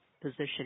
position